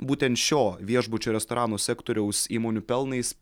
būtent šio viešbučio restoranų sektoriaus įmonių pelnais